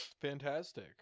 Fantastic